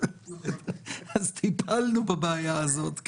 אז טיפלנו בבעיה הזאת.